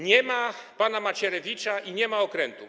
Nie ma pana Macierewicza i nie ma okrętów.